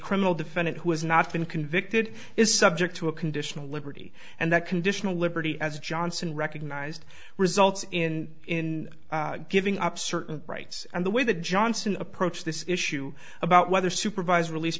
criminal defendant who has not been convicted is subject to a conditional liberty and that conditional liberty as johnson recognized results in in giving up certain rights and the way that johnson approached this issue about whether supervised release